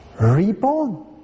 Reborn